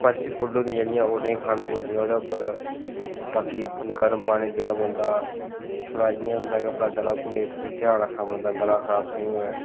spicy food होंदियां जेह्ड़ियां ओह् नेईं खाने पौंदियां ओह्दे उप्पर बाक गर्म पानी पीने पौंदा थोह्ड़ा इ'यां होंदा कि अपना गला गुले दा ध्यान रक्खना पौंदा गला खराब नीं होऐ